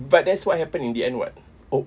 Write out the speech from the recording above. but that's what happened in the end what oh